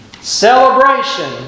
Celebration